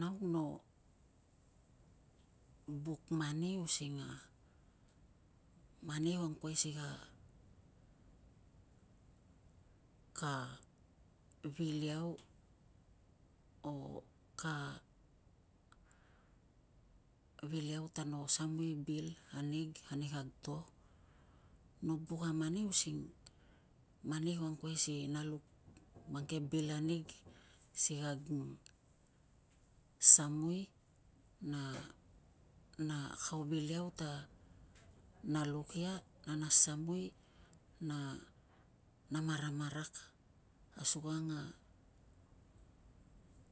Nau no buk mani using a mani ko angkuai si ka vil iau o ka vil iau ta no samui bil anig ani kag to. No buk a mani using mani ko angkuai si na luk mang ke bil anig si kag samui na, na ko vil iau ta na luk ia na na samui a na maramarak asukang a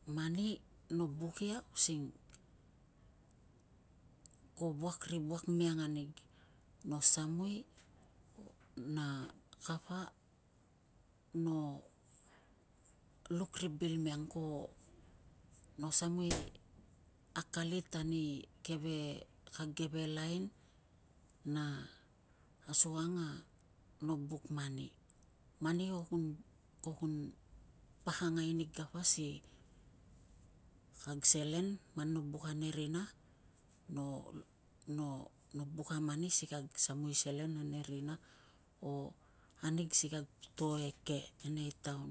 mani no buk ia using ko vuak ri vuak miang anig. No samui na kapa no luk ri bil miang ko no samui akalit ani kag keve laen na asukang a no buk mani. Mani ko kun pakangai nig kapa si kag selen man no buk ane rina no buk a mani kag samui selen ane rina o ang si kag to eke e nei taon.